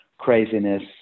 craziness